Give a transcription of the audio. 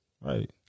Right